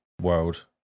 world